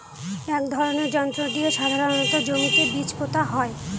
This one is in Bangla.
এক ধরনের যন্ত্র দিয়ে সাধারণত জমিতে বীজ পোতা হয়